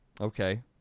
Okay